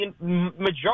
majority